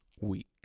week